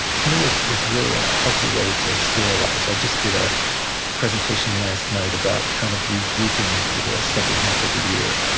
to me, is is really a healthy way to see our lives. i just did a presentation last night about kind of regrouping for the second half of the year.